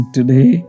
Today